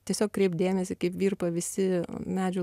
tiesiog kreipt dėmesį kaip virpa visi medžių